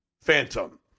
phantom